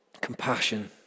compassion